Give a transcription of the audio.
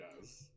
yes